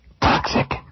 toxic